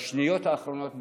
בשניות האחרונות,